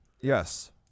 Yes